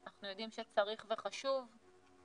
אנחנו יודעים שצריך וחשוב.